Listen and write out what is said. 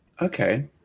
Okay